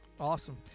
Awesome